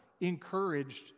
encouraged